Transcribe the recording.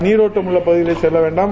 நீரோட்டம் உள்ள பகுதிகளிலே செல்ல வேண்டாம்